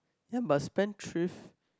ya but spendthrift